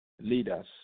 leaders